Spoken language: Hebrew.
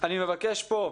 אני מבקש כאן